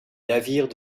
navires